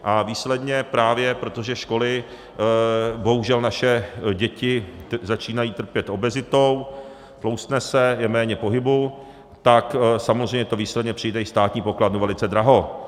A výsledně právě, protože školy, bohužel naše děti začínají trpět obezitou, tloustne se, je méně pohybu, tak samozřejmě to výsledně přijde i státní pokladnu velice draho.